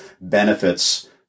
benefits